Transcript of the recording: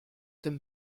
dem